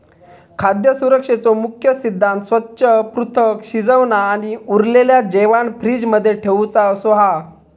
खाद्य सुरक्षेचो मुख्य सिद्धांत स्वच्छ, पृथक, शिजवना आणि उरलेला जेवाण फ्रिज मध्ये ठेउचा असो हा